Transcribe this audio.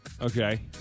Okay